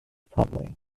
promptly